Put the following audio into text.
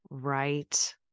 Right